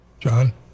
John